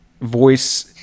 voice